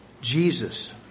Jesus